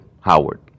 Howard